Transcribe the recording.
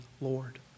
Lord